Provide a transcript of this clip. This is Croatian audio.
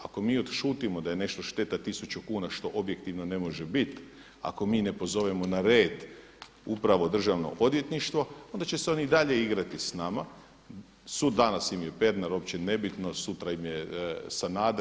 Ako mi odšutimo da je nešto šteta 1000 kuna što objektivno ne može bit, ako mi ne pozovemo na red upravo državno odvjetništvo onda će se oni i dalje igrati s nama … danas im je Pernar, opće nebitno, sutra im je Sanader.